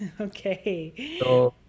Okay